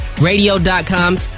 Radio.com